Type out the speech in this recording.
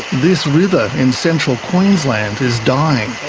this river in central queensland is dying.